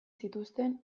zituzten